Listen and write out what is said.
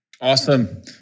Awesome